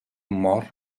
mor